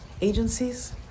agencies